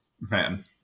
Man